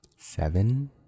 Seven